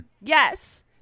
Yes